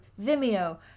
Vimeo